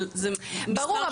אבל --- אף אחד לא יודע --- ברור,